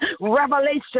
revelation